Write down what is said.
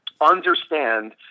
understand